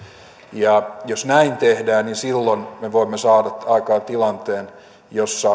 jos näin tehdään niin silloin me voimme saada aikaan tilanteen jossa